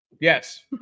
Yes